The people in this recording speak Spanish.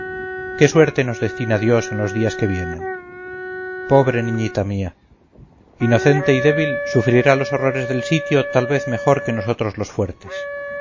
qué suerte nos destina dios en los días que vienen pobre niñita mía inocente y débil sufrirá los horrores del sitio tal vez mejor que nosotros los fuertes